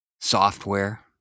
software